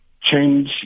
change